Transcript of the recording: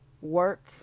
work